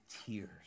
tears